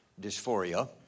dysphoria